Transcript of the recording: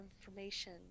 information